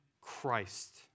Christ